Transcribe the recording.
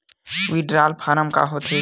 Withdrawal form का होथे?